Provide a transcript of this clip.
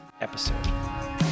episode